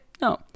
No